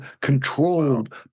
controlled